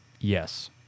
Yes